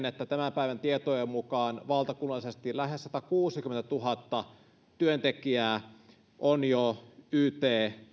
että tämän päivän tietojen mukaan valtakunnallisesti lähes satakuusikymmentätuhatta työntekijää on jo yt